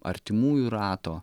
artimųjų rato